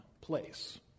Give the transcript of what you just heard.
place